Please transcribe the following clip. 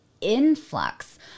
influx